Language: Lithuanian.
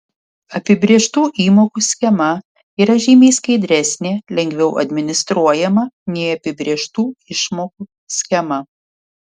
apibrėžtų įmokų schema yra žymiai skaidresnė lengviau administruojama nei apibrėžtų išmokų schema